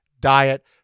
diet